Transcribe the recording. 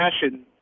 passion